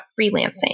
freelancing